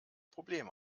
problem